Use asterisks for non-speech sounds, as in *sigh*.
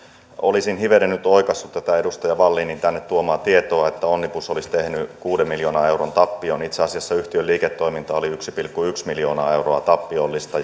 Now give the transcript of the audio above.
olisin hivenen nyt oikaissut tätä edustaja wallinin tänne tuomaa tietoa että onnibus olisi tehnyt kuuden miljoonan euron tappion itse asiassa yhtiön liiketoiminta oli yksi pilkku yksi miljoonaa euroa tappiollista *unintelligible*